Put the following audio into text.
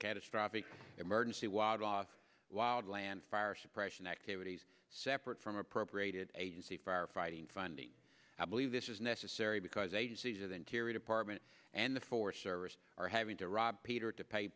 catastrophic emergency watchdog wild land fire suppression activities separate from appropriated agency firefighting funding i believe this is necessary because agencies of the interior department and the forest service are having to rob peter to pay